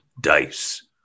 dice